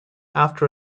after